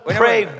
pray